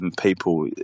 people